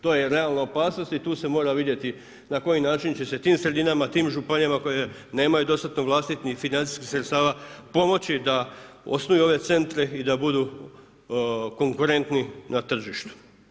To je realna opasnost i tu se mora vidjeti na koji način će se tim sredinama, tim županijama koje nemaju dostatno vlastitih financijskih sredstava pomoći da osnuju ove centre i da budu konkurentni na tržištu.